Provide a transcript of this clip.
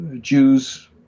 Jews